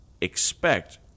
expect